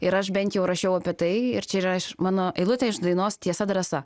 ir aš bent jau rašiau apie tai ir čia yra mano eilutė iš dainos tiesa drąsa